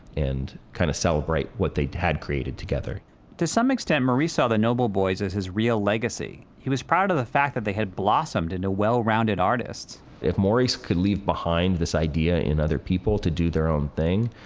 and kind of celebrate what they had created together to some extent, maurice saw the noble boys as his real legacy. he was proud of the fact that they had blossomed into well-rounded artists. if maurice could leave behind this idea in other people to do their own thing,